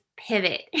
pivot